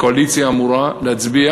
הקואליציה אמורה להצביע